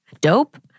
Dope